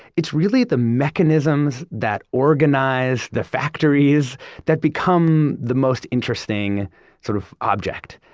it's really the mechanisms that organized the factories that become the most interesting sort of, object.